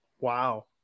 wow